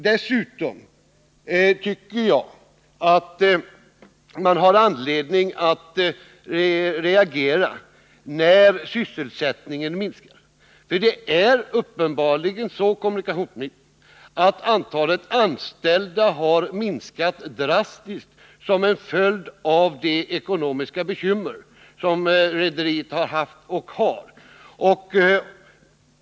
Dessutom tycker jag att man har anledning att reagera när sysselsättningen minskar. Det är uppenbarligen så, kommunikationsministern, att antalet anställda har minskat drastiskt som en följd av de ekonomiska bekymmer som rederiet har haft och har.